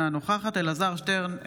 אינה נוכחת אלעזר שטרן,